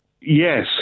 Yes